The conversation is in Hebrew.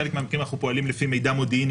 בחלק מהמקרים אנחנו פועלים לפי מידע מודיעיני